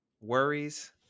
worries